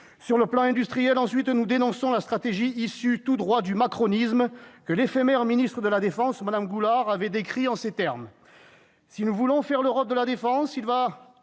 Sur le plan industriel, ensuite, nous dénonçons la stratégie issue tout droit du « macronisme », que l'éphémère ministre de la défense Sylvie Goulard avait décrit en ces termes :« Si nous voulons faire l'Europe de la défense, il va